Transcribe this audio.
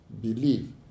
believe